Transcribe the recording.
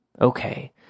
Okay